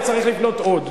וצריך לבנות עוד.